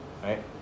Right